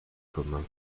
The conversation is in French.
commun